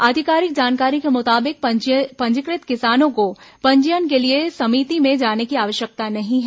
आधिकारिक जानकारी के मुताबिक पंजीकृत किसानों को पंजीयन के लिए समिति जाने की आवश्यकता नहीं है